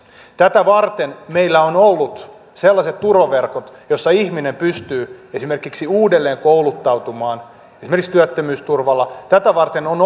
tätä varten meillä on ollut sellaiset turvaverkot joissa ihminen pystyy esimerkiksi uudelleen kouluttautumaan esimerkiksi työttömyysturvalla tätä varten on